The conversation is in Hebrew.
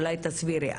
אולי תסבירי,